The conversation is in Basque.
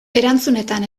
erantzunetan